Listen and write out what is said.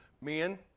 Men